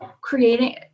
creating